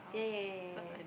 yeah yeah yeah yeah yeah